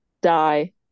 die